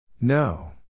No